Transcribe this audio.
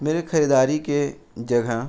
میرے خریداری کے جگہ